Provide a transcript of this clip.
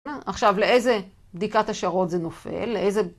עכשיו לאיזה בדיקת השערות זה נופל? לאיזה..